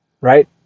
Right